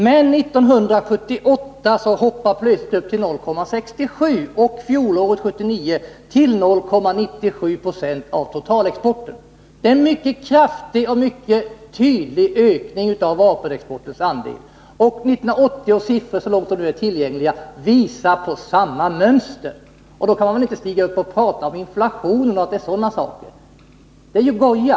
Men 1978 hoppade andelen plötsligt upp till 0,67 26. Under fjolåret, 1979, uppgick andelen till 0,97 96 av totalexporten. Det är en mycket kraftig och mycket tydlig ökning av vapenexportens andel. 1980 års siffror — så långt de nu är tillgängliga — visar på samma mönster. Då kan man väl inte stiga upp och tala om inflation och sådana saker. Det är ju goja.